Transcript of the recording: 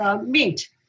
meat